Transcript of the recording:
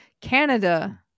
Canada